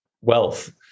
wealth